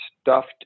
stuffed